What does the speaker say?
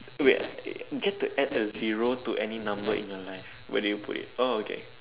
wait get to add a zero to any number in your life where do you put it oh okay